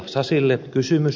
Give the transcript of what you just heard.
sasille kysymys